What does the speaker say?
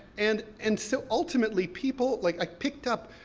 and and so ultimately people, like, i picked up,